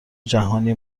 جهانی